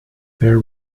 there